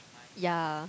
ya